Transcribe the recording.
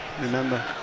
remember